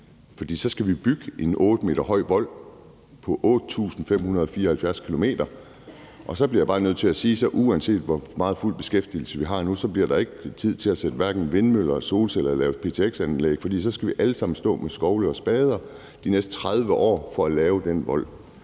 for så skal vi bygge en 8 m høj vold på 8.574 km. Og der bliver jeg bare nødt til at sige, at uanset hvor meget beskæftigelse vi har nu, bliver der hverken tid til at sætte vindmøller eller solceller op eller til at lave ptx-anlæg, for så skal vi alle sammen stå med skovle og spader i de næsten 30 år for at lave den vold.